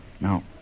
Now